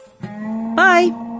Bye